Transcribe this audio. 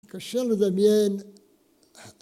קשה לדמיין